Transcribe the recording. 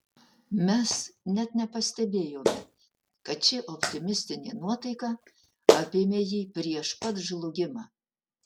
mes net nepastebėjome kad ši optimistinė nuotaika apėmė jį prieš pat žlugimą